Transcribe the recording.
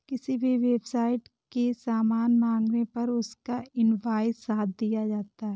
किसी भी वेबसाईट से सामान मंगाने पर उसका इन्वॉइस साथ दिया जाता है